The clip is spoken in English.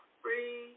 free